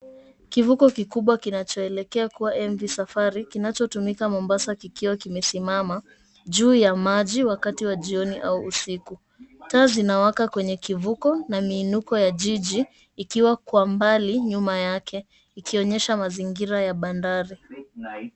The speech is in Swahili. Kivuko kikubwa kinachoelekea kuwa MV Safari, kinachotumika Mombasa kikiwa kimesimama juu ya maji wakati wa jioni au usiku. Taa zinawaka kwenye kivuko na miinuko ya jiji ikiwa kwa mbali nyuma yake, ikionyesha mazingira ya bandari.